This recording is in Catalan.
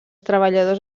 treballadors